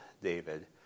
David